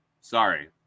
Sorry